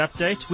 update